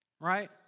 right